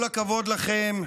כל הכבוד לכם.